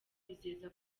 bizeza